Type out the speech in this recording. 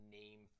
name